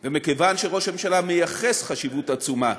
ומכיוון שראש הממשלה מייחס חשיבות עצומה